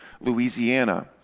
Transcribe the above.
Louisiana